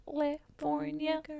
California